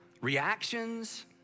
reactions